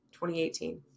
2018